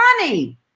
funny